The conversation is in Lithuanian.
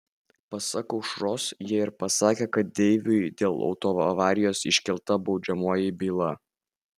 pasak aušros jie ir pasakę kad deiviui dėl autoavarijos iškelta baudžiamoji byla